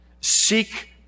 Seek